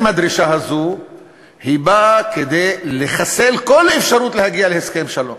הדרישה הזו באה כדי לחסל כל אפשרות להגיע להסכם שלום.